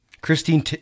Christine